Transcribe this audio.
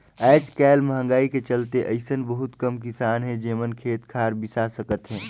आयज कायल मंहगाई के चलते अइसन बहुत कम किसान हे जेमन खेत खार बिसा सकत हे